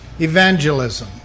evangelism